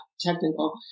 technical